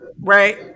right